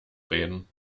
reden